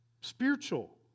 Spiritual